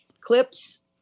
clips